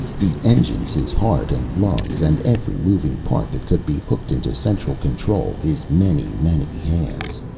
the engines his heart and lungs, and every moving part that could be hooked into central control his many, many hands.